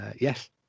Yes